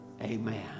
amen